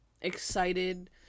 excited